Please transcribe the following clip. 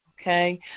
okay